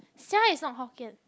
sia is not Hokkien